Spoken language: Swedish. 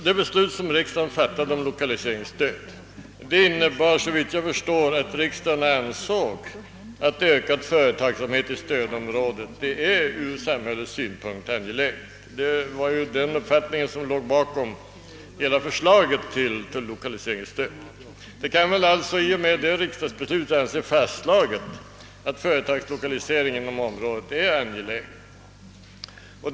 Det beslut som riksdagen fattat om lokaliseringsstöd innebar, såvitt jag förstår, att riksdagen ansåg att ökad företagsamhet i stödområdet är ur samhällets synpunkt angelägen. Det var ju den uppfattningen som låg bakom hela förslaget till 1okaliseringsstöd. Det kan alltså i och med detta riksdagsbeslut anses fastslaget att företagslokalisering inom området är angelägen.